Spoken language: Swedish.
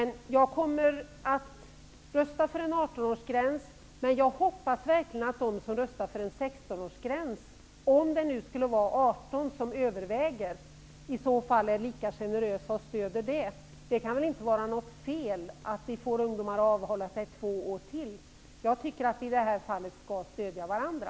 Jag kommer att rösta för en 18-årsgräns. Om förslaget på en 18-årsgräns vinner hoppas jag verkligen att de som röstar för en 16-årsgräns är generösa och stöder en 18-årsgräns. Det kan väl inte vara något fel att vi får ungdomar att avhålla sig från rökning i två år till. Jag tycker att vi i det här fallet skall stöda varandra.